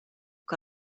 que